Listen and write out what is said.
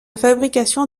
fabrication